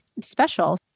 special